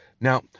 Now